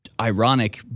ironic